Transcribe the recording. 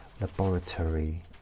Laboratory